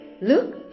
look